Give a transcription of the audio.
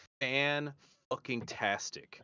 fan-fucking-tastic